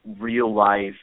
real-life